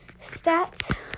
stats